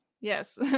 Yes